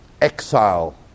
exile